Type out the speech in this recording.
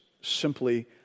simply